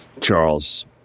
Charles